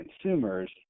consumers